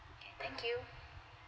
okay thank you